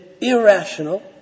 irrational